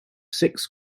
six